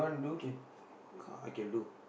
can I got car I can do